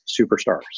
Superstars